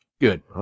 good